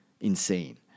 insane